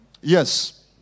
Yes